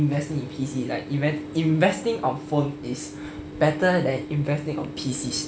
investing in P_C like investing on phone is better than investing on P_C